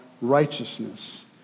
righteousness